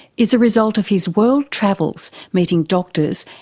is a result of his world travels meeting doctors,